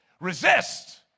Resist